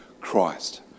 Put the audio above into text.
Christ